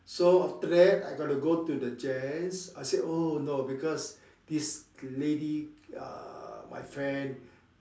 so after that I got to go to the gents I say oh no because this lady ah my friend